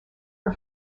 her